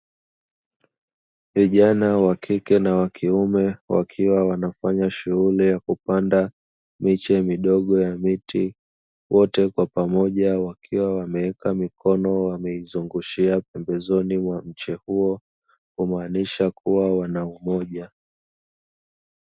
Vijana wa kike na wa kiume wakiwa wanafanya shughuli ya kupanda miche midogo ya miti, wote kwa pamoja wakiwa wameweka mikono wameizungushia pembezoni mwa mche huo, kumaanisha kuwa wana umoja.